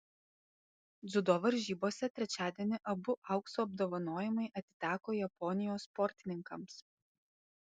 dziudo varžybose trečiadienį abu aukso apdovanojimai atiteko japonijos sportininkams